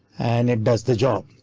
and it does the job.